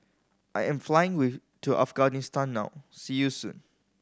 I am flying to Afghanistan now see you soon